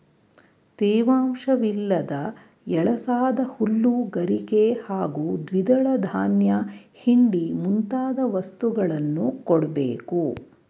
ತೇವಾಂಶವಿಲ್ಲದ ಎಳಸಾದ ಹುಲ್ಲು ಗರಿಕೆ ಹಾಗೂ ದ್ವಿದಳ ಧಾನ್ಯ ಹಿಂಡಿ ಮುಂತಾದ ವಸ್ತುಗಳನ್ನು ಕೊಡ್ಬೇಕು